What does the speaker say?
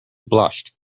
blushed